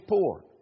poor